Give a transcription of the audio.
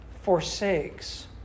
forsakes